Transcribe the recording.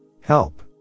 Help